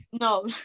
No